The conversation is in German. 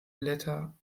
blätter